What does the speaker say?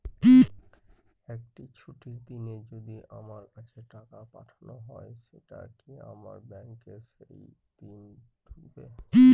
একটি ছুটির দিনে যদি আমার কাছে টাকা পাঠানো হয় সেটা কি আমার ব্যাংকে সেইদিন ঢুকবে?